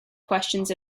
questions